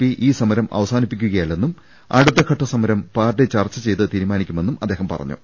P ഈ സമരം അവസാനിപ്പിക്കുകയല്ലെന്നും അടുത്ത ഘട്ട സമരം പാർട്ടി ചർച്ച ചെയ്തു തീരുമാനിക്കുമെന്നും അദ്ദേഹം പറഞ്ഞു